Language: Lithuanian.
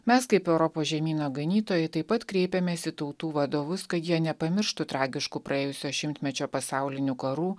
mes kaip europos žemyno ganytojai taip pat kreipiamės į tautų vadovus kad jie nepamirštų tragiškų praėjusio šimtmečio pasaulinių karų